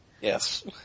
Yes